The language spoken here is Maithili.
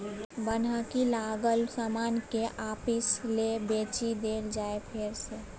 बन्हकी लागल समान केँ आपिस लए बेचि देल जाइ फेर सँ